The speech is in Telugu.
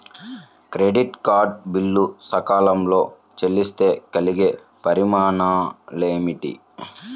క్రెడిట్ కార్డ్ బిల్లు సకాలంలో చెల్లిస్తే కలిగే పరిణామాలేమిటి?